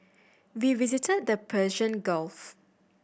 we visited the Persian Gulf